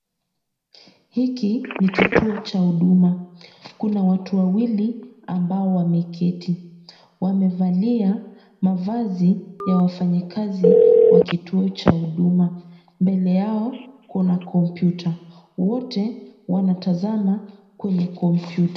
Hiki ni kituo cha huduma. Kuna watu wawili ambao wameketi. Wamevalia mavazi ya wafanyikazi wa kituo cha huduma. Mbele yao kuna kompyuta. Wote wanatazama kwenye kompyuta.